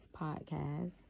podcast